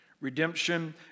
Redemption